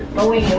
rohui's